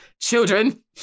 children